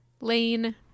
Lane